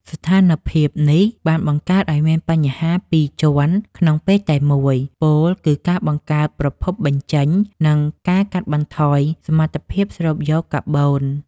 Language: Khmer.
ស្ថានភាពនេះបានបង្កើតឱ្យមានបញ្ហាពីរជាន់ក្នុងពេលតែមួយ ពោលគឺការបង្កើនប្រភពបញ្ចេញ និងការកាត់បន្ថយសមត្ថភាពស្រូបយកកាបូន។